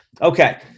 Okay